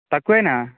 తక్కువైనా